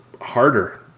harder